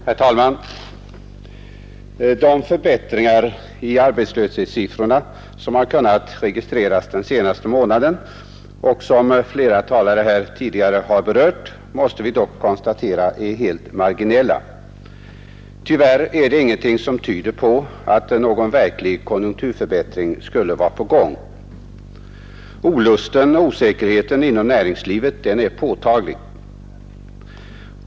Herr talman! De förbättringar i arbetslöshetssiffrorna som kunnat registreras den senaste månaden, och som flera tidigare talare har berört, kan vi konstatera är helt marginella. Tyvärr tyder ingenting på att någon verklig konjunkturförbättring skulle vara på gång. Olusten och osäkerheten inom näringslivet är påtaglig.